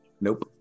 nope